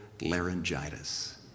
laryngitis